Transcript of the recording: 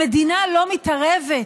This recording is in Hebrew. המדינה לא מתערבת.